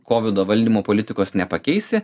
kovido valdymo politikos nepakeisi